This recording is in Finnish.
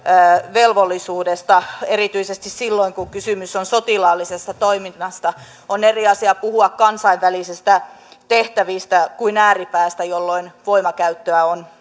velvollisuudesta erityisesti silloin kun kysymys on sotilaallisesta toiminnasta on eri asia puhua kansainvälisistä tehtävistä kuin ääripäästä jolloin voimankäyttöä on